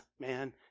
Man